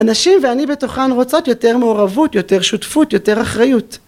‫הנשים ואני בתוכן רוצות יותר ‫מעורבות, יותר שותפות, יותר אחריות.